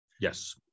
Yes